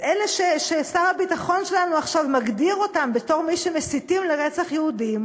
אלה ששר הביטחון שלנו עכשיו מגדיר אותם בתור מי שמסיתים לרצח יהודים?